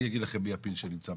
אני אגיד לכם מי הפיל שנמצא בחדר: